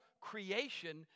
creation